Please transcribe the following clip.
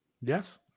Yes